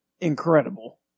incredible